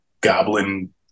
goblin